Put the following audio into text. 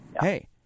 hey